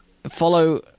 follow